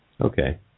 Okay